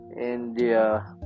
India